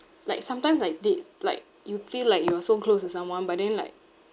like sometimes like they like you feel like you are so close to someone but then like